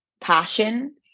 passion